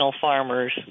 farmers